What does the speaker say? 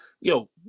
yo